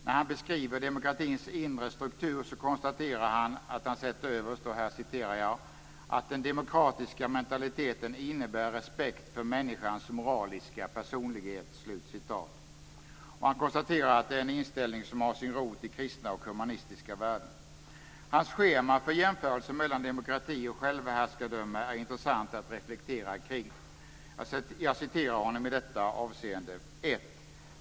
När han beskriver demokratins inre struktur sätter han överst "att den demokratiska mentaliteten innebär respekt för människans moraliska personlighet." Och han konstaterar att det är en inställning som har sin rot i kristna och humanistiska värden. Hans schema för jämförelse mellan demokrati och självhärskardöme är intressant att reflektera kring. Jag citerar honom i detta avseende: "1.